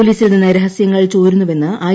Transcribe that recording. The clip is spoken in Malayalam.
പോലീസിൽ നിന്ന് രഹസ്യങ്ങൾ ചോരുന്നുവെന്ന് ഐ